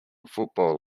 football